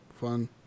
fun